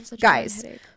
guys